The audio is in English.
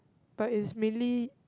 but it's mainly